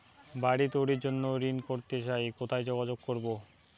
বাড়ি তৈরির জন্য ঋণ করতে চাই কোথায় যোগাযোগ করবো?